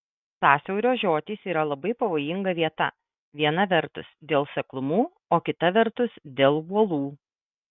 sąsiaurio žiotys yra labai pavojinga vieta viena vertus dėl seklumų o kita vertus dėl uolų